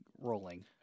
rolling